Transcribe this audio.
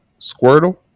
Squirtle